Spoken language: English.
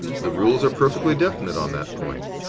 the rules are perfectly definite on that point.